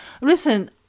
listen